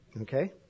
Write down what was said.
Okay